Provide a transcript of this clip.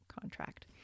contract